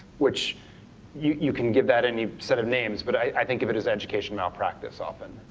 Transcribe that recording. which you you can give that any set of names, but i think of it as education malpractice often.